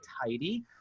tidy